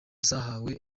zahawe